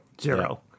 Zero